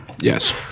Yes